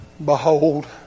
Behold